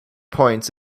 points